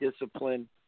discipline